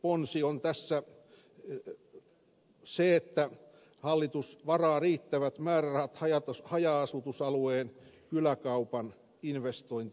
toinen ponsi on tässä se että hallitus varaa riittävät määrärahat haja asutusalueen kyläkaupan investointitukeen